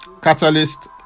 catalyst